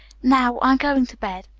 now, i'm going to bed.